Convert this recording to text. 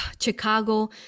Chicago